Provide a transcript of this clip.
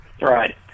right